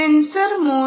sensor 3